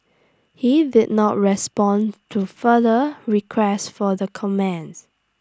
he did not respond to further requests for the comment